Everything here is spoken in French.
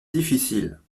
difficile